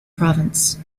province